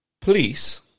police